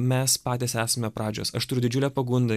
mes patys esame pradžios aš turiu didžiulę pagundą